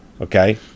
Okay